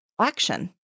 action